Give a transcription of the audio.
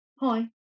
hi